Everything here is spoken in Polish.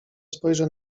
spojrzę